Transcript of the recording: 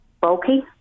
bulky